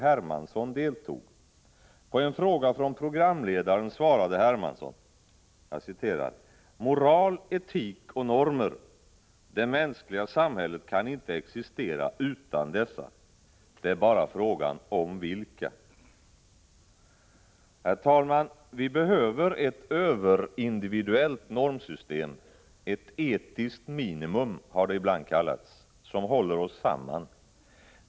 Hermansson deltog. På en fråga från programledaren svarade Hermansson: Moral, etik och normer — det mänskliga samhället kan inte existera utan dessa. Det är bara frågan om vilka. Herr talman! Vi behöver ett överindividuellt normsystem, ett etiskt minimum har det ibland kallats, som håller oss samman.